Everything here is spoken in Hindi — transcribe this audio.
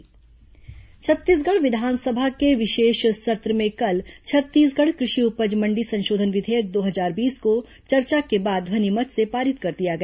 कृषि उपज मण्डी विधेयक छत्तीसगढ़ विधानसभा के विशेष सत्र में कल छत्तीसगढ़ कृषि उपज मण्डी संशोधन विधेयक दो हजार बीस को चर्चा के बाद ध्वनिमत से पारित कर दिया गया